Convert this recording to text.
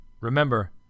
Remember